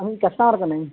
ᱟᱹᱢᱤᱡ customer ᱠᱟᱱᱟᱹᱧ